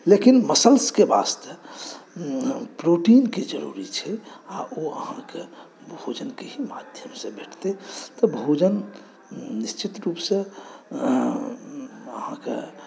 लेकिन मसल्सके वास्ते प्रोटीनके जरूरी छै आ ओ अहाँकेँ भोजनके ही माध्यमसँ भेटतै तऽ भोजन निश्चित रूपसँ अहाँकेँ